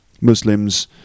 Muslims